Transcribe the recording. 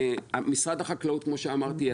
כמו שאמרתי,